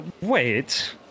wait